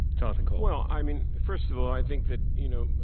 jonathan cole. well, i mean first of all, i think that, you know,